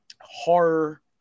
horror